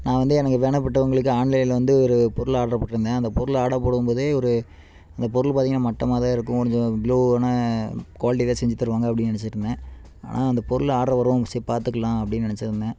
நான் வந்து எனக்கு வேண்டப்பட்டவங்களுக்கு ஆன்லைனில் வந்து ஒரு பொருள் ஆர்டர் போட்டுருந்தேன் அந்த பொருள் ஆர்டர் போடும்போதே ஒரு அந்த பொருள் பார்த்திங்கன்னா மட்டமாக தான் இருக்கும் கொஞ்சம் லோவான குவாலிட்டியில் செஞ்சி தருவாங்க அப்படின்னு நினைச்சிட்ருந்தேன் ஆனால் அந்த பொருள் ஆர்டர் வரும் சரி பார்த்துக்கலாம் அப்படின்னு நெனைச்சிருந்தேன்